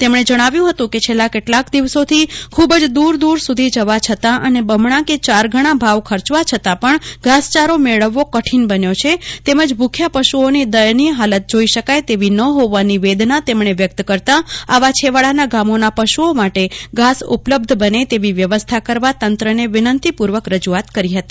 તેમણે જણાવ્યું હતું કે છેલ્લા કેટલાક દિવસોથી ખુબ જ દુર દુર સુધી જવા છતાં અને બમણા કે ચાર ગણા ભાવ ખર્ચ્યાવા છતાં પણ ઘાસયારો મેળવવો કઠીન બન્યો છે તેમજ ભૂખ્યા પશુઓની દયનીય હાલત જોઈ શકાય તેવી ન હોવાની વેદના તેમણે વ્યક્ત જ્કારતા આવા છેવાડાનાં ગામો ના પશુઓ માટે ઘાસ ઉપલબ્ધ બને તેવી વ્યવસ્થા કરવા તેમણે તંત્રને તેમજ સામાજિક સ્વૈચ્છિક સંસ્થાઓને વિનંતી પૂર્વક રજૂઆત કરી હતી